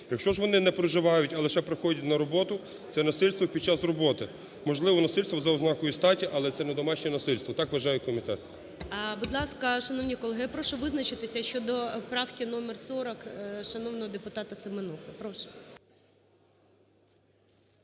якщо вони не проживають, а лише приходять на роботу, це насильство під час роботи, можливо, насильство за ознакою статі, але це не домашнє насильство, так вважає комітет. ГОЛОВУЮЧИЙ. Будь ласка, шановні колеги, я прошу визначитися щодо правки номер 40 шановного депутата Семенухи,